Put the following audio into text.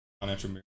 financial